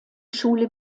schule